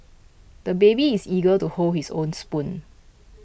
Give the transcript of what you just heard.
the baby is eager to hold his own spoon